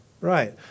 right